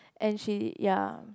and she ya